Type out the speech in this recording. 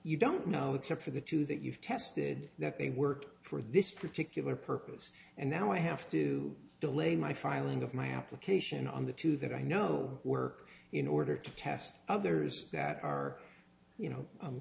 you don't know except for the two that you've tested that they work for this particular purpose and now i have to delay my filing of my application on the two that i know work in order to test others that are you know